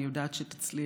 אני יודעת שתצליח.